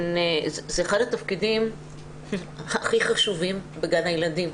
זה אחד התפקידים הכי חשובים בגן הילדים,